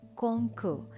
conquer